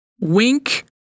Wink